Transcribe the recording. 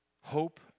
Hope